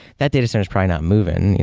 that datacenter is probably not moving.